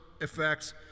effects